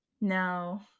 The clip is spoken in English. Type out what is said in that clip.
no